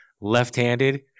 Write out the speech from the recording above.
left-handed